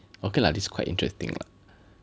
lah this quite interesting lah